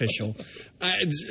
official